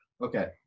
Okay